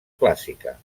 clàssica